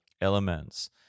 elements